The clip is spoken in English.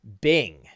Bing